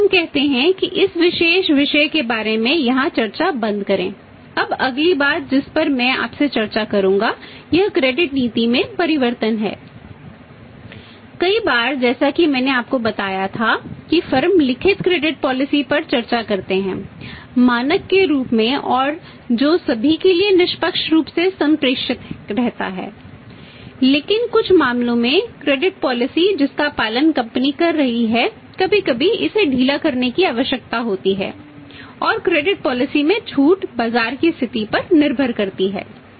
इसलिए हम कहते हैं कि इस विशेष विषय के बारे में यहां चर्चा बंद करें अब अगली बात जिस पर मैं आपसे चर्चा करूंगा यह क्रेडिट में छूट बाजार की स्थिति पर निर्भर करती है